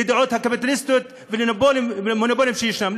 לדעות הקפיטליסטיות ולמונופולים שישנם.